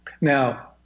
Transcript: Now